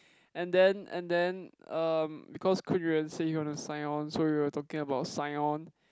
and then and then um because Koon Yuan say he want to sign on so we were talking about sign on